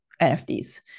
NFTs